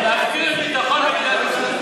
זה להפקיר את ביטחון מדינת ישראל.